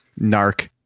Narc